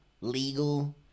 legal